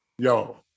Yo